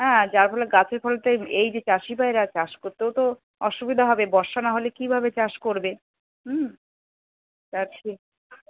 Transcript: হ্যাঁ যার ফলে গাছের ফলতে এই যে চাষি ভাইরা চাষ করতেও তো অসুবিধা হবে বর্ষা নাহলে কীভাবে চাষ করবে হুম চাষী